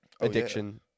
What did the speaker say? addiction